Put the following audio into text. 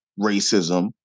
racism